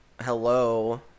hello